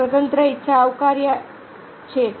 બીજી સ્વતંત્ર ઇચ્છા આવકાર્ય છે